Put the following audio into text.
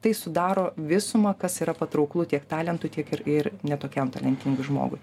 tai sudaro visumą kas yra patrauklu tiek talentui tiek ir ir ne tokiam talentingui žmogui